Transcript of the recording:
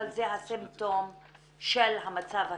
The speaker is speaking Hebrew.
אבל היא הסימפטום של המצב הקיים.